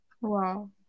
Wow